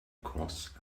cross